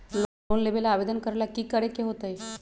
Loan लेबे ला आवेदन करे ला कि करे के होतइ?